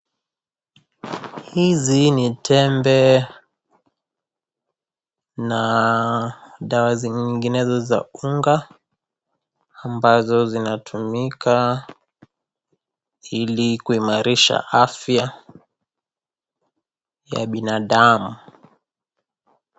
Hizi ni tembe na dawa zinginezo za unga ambazo zinatumika ili kuimarisha afya ya binadamu.